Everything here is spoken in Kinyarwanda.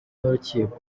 n’urukiko